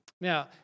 Now